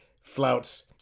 flouts